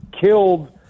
killed